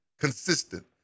Consistent